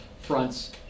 fronts